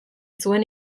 zuen